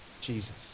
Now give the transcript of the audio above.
Jesus